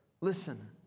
Listen